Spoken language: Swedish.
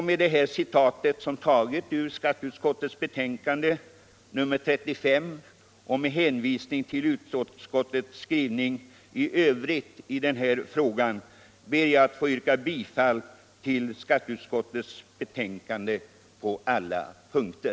Med detta citat ur skatteutskottets betänkande 1975/76:35 och med hänvisning till utskottets skrivning i övrigt i frågan ber jag att få yrka bifall till skatteutskottets betänkande på alla punkter.